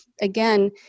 again